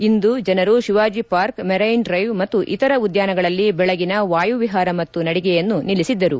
ಇಂದು ಜನರು Shivaji Park Marine Drive ಮತ್ತು ಇತರ ಉದ್ಯಾನಗಳಲ್ಲಿ ಬೆಳಗಿನ ವಾಯು ವಿಹಾರ ಮತ್ತು ನಡಿಗೆಯನ್ನೂ ನಿಲ್ಲಿಸಿದ್ದರು